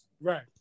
Right